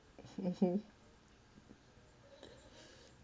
mmhmm